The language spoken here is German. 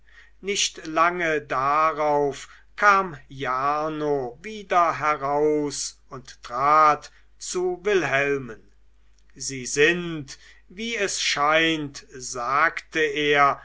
nicht lange darauf kam jarno wieder heraus und trat zu wilhelmen sie sind wie es scheint sagte er